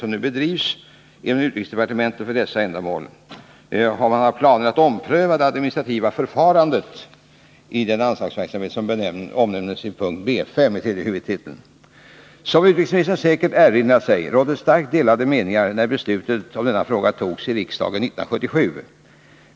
som nu bedrivs inom utrikesdepartementet för dessa ändamål har planer på att ompröva det administrativa förfarandet i den anslagsverksamhet som omnämns under punkt B 5 i tredje huvudtiteln. Som utrikesministern säkert erinrar sig rådde starkt delade meningar när beslutet i denna fråga fattades av riksdagen 1977.